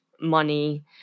money